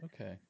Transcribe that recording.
Okay